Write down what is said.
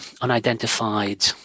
unidentified